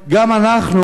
גם אנחנו,